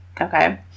Okay